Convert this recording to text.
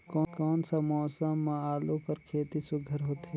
कोन सा मौसम म आलू कर खेती सुघ्घर होथे?